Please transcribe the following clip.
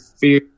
fear